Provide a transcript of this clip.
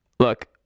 Look